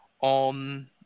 on